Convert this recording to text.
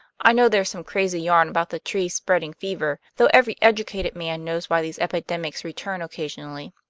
i know there's some crazy yarn about the trees spreading fever, though every educated man knows why these epidemics return occasionally.